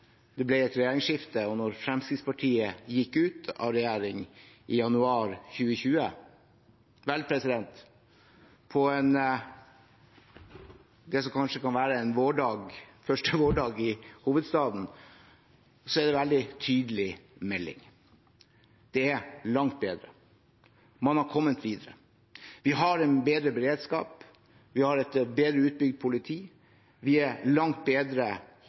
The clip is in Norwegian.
det ble et regjeringsskifte, og til Fremskrittspartiet gikk ut av regjering i januar 2020? Vel, på det som kanskje kan være en vårdag, første vårdag i hovedstaden, er det en veldig tydelig melding: Det er langt bedre, man har kommet videre. Vi har en bedre beredskap, vi har et bedre utbygd politi, vi er langt bedre